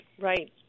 Right